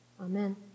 Amen